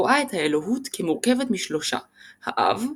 רואה את האלוהות כמורכבת משלושה – האב,